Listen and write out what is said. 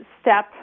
step